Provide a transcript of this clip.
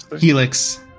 helix